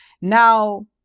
Now